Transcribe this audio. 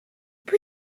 pwy